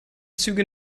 züge